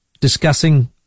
discussing